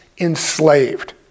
enslaved